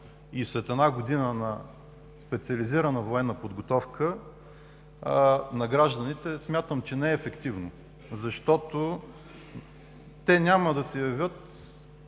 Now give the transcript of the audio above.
и след една година на специализирана военна подготовка на гражданите смятам, че не е ефективно, защото те няма да се явят